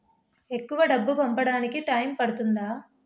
ఎక్కువ డబ్బు పంపడానికి టైం పడుతుందా?